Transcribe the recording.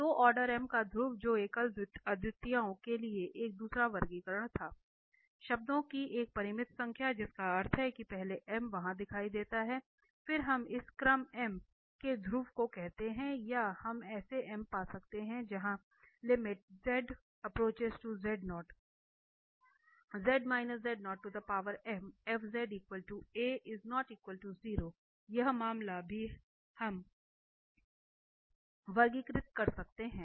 तो order m का ध्रुव जो एकल अद्वितीयताओं के लिए एक दूसरा वर्गीकरण था शब्दों की एक परिमित संख्या जिसका अर्थ है कि पहले m वहां दिखाई देता है फिर हम इस क्रम m के ध्रुव को कहते हैं या हम ऐसा m पा सकते हैं जहां यह मामला भी हम वर्गीकृत कर सकते हैं